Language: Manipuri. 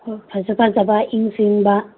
ꯍꯣꯏ ꯐꯖ ꯐꯖꯕ ꯏꯪ ꯆꯤꯡꯕ